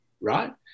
right